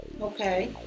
Okay